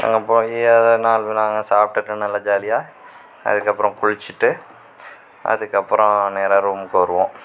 அங்கே போய் அதை நாலு நாங்கள் சாப்பிடுட்டு நல்லா ஜாலியாக அதுக்கு அப்புறம் குளிச்சிவிட்டு அதுக்கு அப்புறம் நேராக ரூம்க்கு வருவோம்